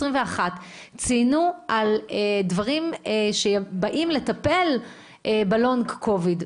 ציינו על דברים שבאים לטפל בלונג קוביד.